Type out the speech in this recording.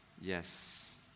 yes